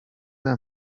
them